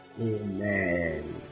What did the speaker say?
amen